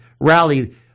rally